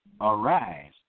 arise